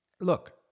look